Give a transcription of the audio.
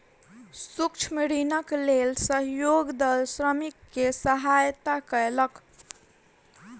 सूक्ष्म ऋणक लेल सहयोग दल श्रमिक के सहयता कयलक